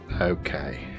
Okay